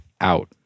out